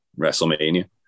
WrestleMania